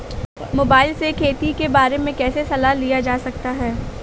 Mobile से खेती के बारे कैसे सलाह लिया जा सकता है?